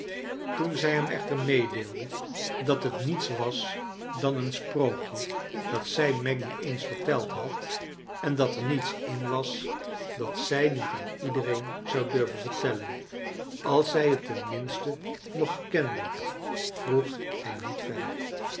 toen zij hem echter meedeelde dat het niets was dan een sprookje dat zij maggy eens vert eld had en dat er niets in was dat zij niet aan iedereen zou durven vertellen als zij t tenrninste nog kende vroeg hij niet verder